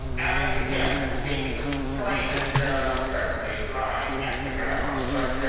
is your captain speaking. the plane is presently flying at the ground, but